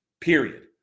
period